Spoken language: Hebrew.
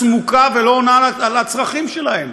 צמוקה ולא עונה על הצרכים שלהם?